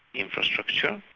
infrastructure,